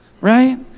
right